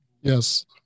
Yes